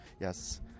Yes